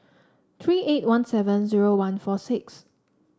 three eight one seven zero one four six